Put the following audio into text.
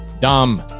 Dumb